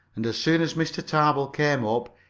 and as soon as mr. tarbill came up,